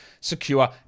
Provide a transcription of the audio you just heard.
secure